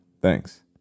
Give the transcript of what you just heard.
Thanks